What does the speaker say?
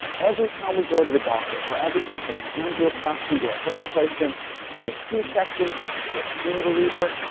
every time we go to the doctor for everything from an angioplasty to a hip replacement from a c-section to a pain reliever.